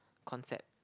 concept